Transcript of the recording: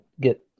get